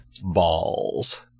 balls